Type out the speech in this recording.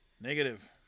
Negative